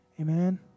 Amen